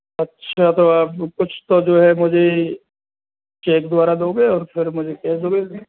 अच्छा तो आप कुछ तो जो है मुझे चेक द्वारा दोगे और फिर मुझे केश दोगे